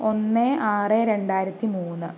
ഒന്ന് ആറ് രണ്ടായിരത്തി മൂന്ന്